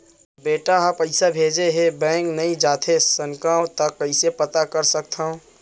बेटा ह पइसा भेजे हे बैंक नई जाथे सकंव त कइसे पता कर सकथव?